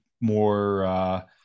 more –